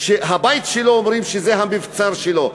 הבית שלו, אומרים שזה המבצר שלו.